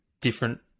different